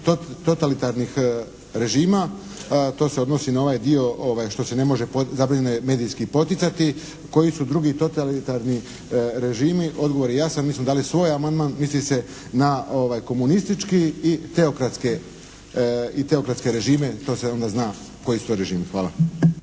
totalitarnih režima. To se odnosi na ovaj dio što se ne može, …/Govornik se ne razumije./… medijski poticati koji su drugi totalitarni režimi. Odgovor je jasan. Mi smo dali svoj amandman. Misli se na komunistički i teokratske režime. To se onda zna koji su to režimi. Hvala.